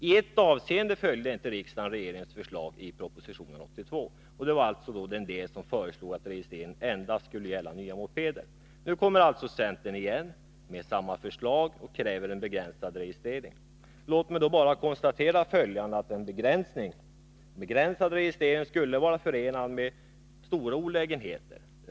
I ett avseende följde inte riksdagen regeringens förslag i propositionen 1982 och det var den del som föreslog att registreringen endast skulle gälla nya mopeder. Nu kommer alltså centern igen med samma förslag och kräver en begränsad registrering. Låt mig då bara konstatera att en begränsad registrering skulle vara förenad med stora olägenheter.